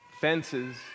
Fences